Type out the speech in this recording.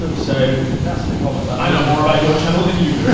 and so that's the comments. i know more about your channel than you do.